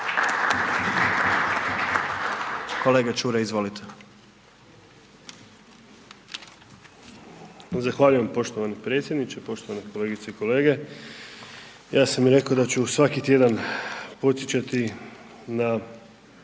kolega Lenart, izvolite.